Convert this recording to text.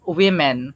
women